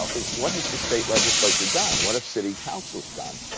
ah what has the state legislature done? what have city councils done?